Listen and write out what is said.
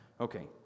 Okay